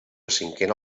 cinquena